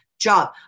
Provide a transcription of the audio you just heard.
job